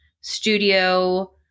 studio